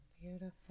Beautiful